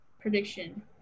prediction